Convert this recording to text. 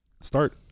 start